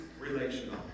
relational